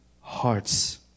hearts